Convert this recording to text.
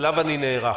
אליו אני נערך.